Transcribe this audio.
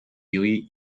由于